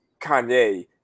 Kanye